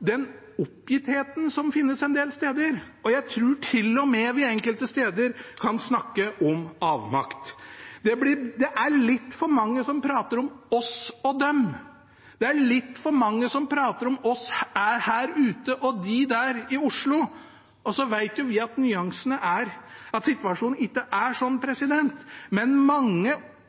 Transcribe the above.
den oppgittheten som finnes en del steder. Jeg tror til og med vi enkelte steder kan snakke om avmakt. Det er litt for mange som prater om oss og dem, det er litt for mange som prater om vi her ute og de i Oslo. Vi vet jo at situasjonen ikke er sånn, men mange